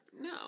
No